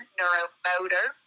neuromotor